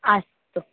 अस्तु